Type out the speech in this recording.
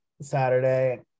Saturday